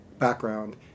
background